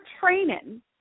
training